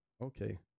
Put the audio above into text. Okay